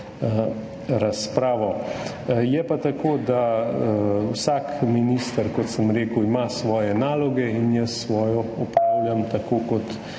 razpravo, je pa tako, da vsak minister, kot sem rekel, ima svoje naloge in jaz svojo opravljam tako, kot